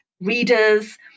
readers